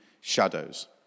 shadows